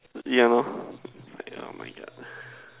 ya lor